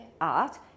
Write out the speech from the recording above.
Art